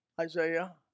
Isaiah